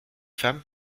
femme